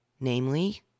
Namely